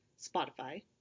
Spotify